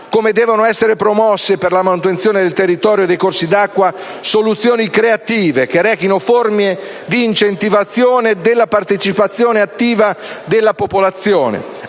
Come devono essere promosse, per la manutenzione del territorio e dei corsi d'acqua, soluzioni creative che rechino forme di incentivazione della partecipazione attiva della popolazione,